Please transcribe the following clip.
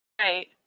Right